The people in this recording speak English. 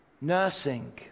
nursing